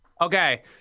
Okay